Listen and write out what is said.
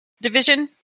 division